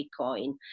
Bitcoin